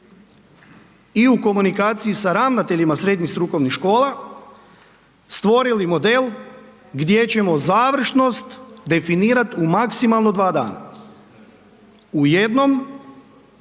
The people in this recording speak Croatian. i u komunikaciji sa ravnateljima srednjih strukovnih škola stvorili model gdje ćemo završnost definirat u maksimalno dva dana, u jednom